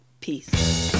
Peace